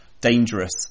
dangerous